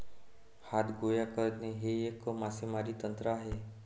हात गोळा करणे हे एक मासेमारी तंत्र आहे